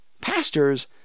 Pastors